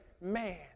man